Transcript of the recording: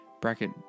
Bracket